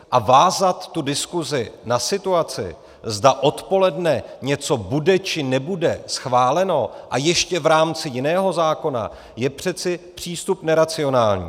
A vázat diskusi na situaci, zda odpoledne něco bude či nebude schváleno, a ještě v rámci jiného zákona, je přece přístup neracionální.